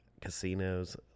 casinos